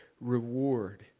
reward